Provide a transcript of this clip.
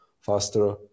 faster